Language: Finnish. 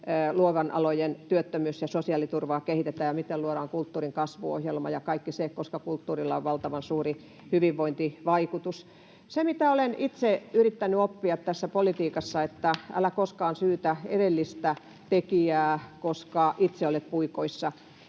luovien alojen työttömyys- ja sosiaaliturvaa kehitetään ja miten luodaan kulttuurin kasvuohjelma ja kaikki se, koska kulttuurilla on valtavan suuri hyvinvointivaikutus. Se, mitä olen itse yrittänyt oppia tässä politiikassa, on se, että älä koskaan syytä edellistä tekijää, koska itse olet puikoissa.